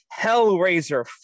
Hellraiser